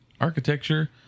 architecture